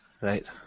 Right